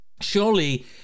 Surely